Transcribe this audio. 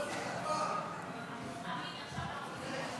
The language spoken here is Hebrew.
חוק להנצחת זכרו של מרן הרב עובדיה יוסף,